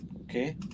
Okay